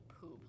poop